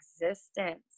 existence